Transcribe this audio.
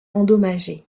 endommagées